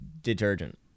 detergent